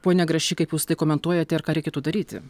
ponia grašy kaip jūs tai komentuojate ir ką reikėtų daryti